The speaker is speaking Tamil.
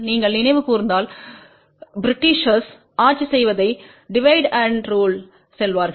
நீங்கள் நினைவு கூர்ந்தால் பிரிடீஷேர்ஸ்கள் ஆட்சி செய்வதை டிவைடு அண்ட் ரூல் சொல்வார்கள்